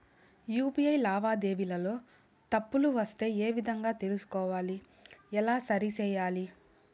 UPI లావాదేవీలలో తప్పులు వస్తే ఏ విధంగా తెలుసుకోవాలి? ఎలా సరిసేయాలి?